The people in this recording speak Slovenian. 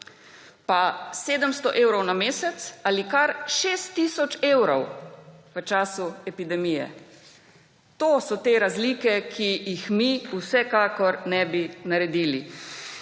pa 700 evrov na mesec ali kar 6 tisoč evrov v času epidemije. To so te razlike, ki jih mi vsekakor ne bi naredili.